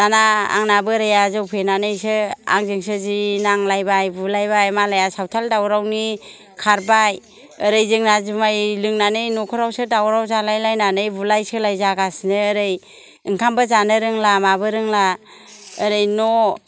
दाना आंना बोरायआ जौ फेनानैसो आंजोंसो जि नांलायबाय बुलायबाय मालाया साउथाल दाउरावनि खारबाय ओरै जोंना जुमाय लोंनानै न'खरावसो दावराव जालाय लायनानै बुलाय सोलाय जागासिनो ओरै ओंखामबो जानो रोंला माबो रोंला ओरै न'